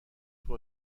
توی